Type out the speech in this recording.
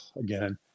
again